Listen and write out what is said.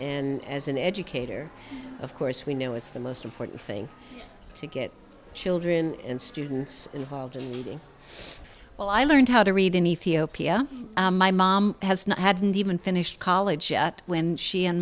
and as an educator of course we know it's the most important thing to get children and students involved in well i learned how to read in ethiopia my mom has not had an even finished college yet when she and